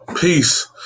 peace